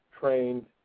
trained